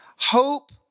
Hope